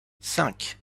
cinq